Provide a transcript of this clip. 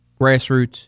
grassroots